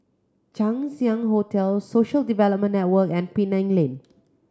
Chang Ziang Hotel Social Development Network and Penang Lane